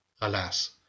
alas